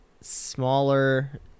smaller